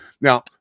Now